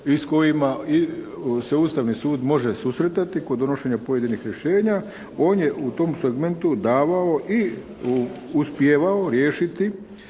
i s kojima se Ustavni sud može susretati kod donošenja pojedinih rješenja. On je u tom segmentu davao i uspijevao riješiti